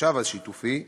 המושב השיתופי,